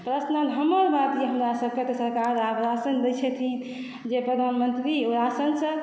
personal हमर बात यऽ हमरा सबके तऽ सरकार राशन दै छथिन जे प्रधानमंत्री राशनसँ